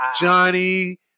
Johnny